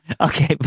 Okay